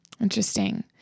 Interesting